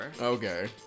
Okay